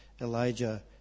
Elijah